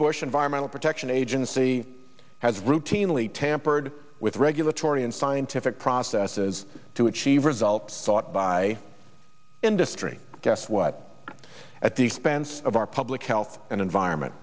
bush environmental protection agency has routinely tampered with regulatory and scientific processes to achieve results sought by industry guess what at the expense of our public health and environment